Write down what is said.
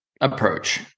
approach